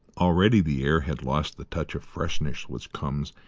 already the air had lost the touch of freshness which comes,